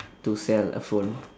to sell a phone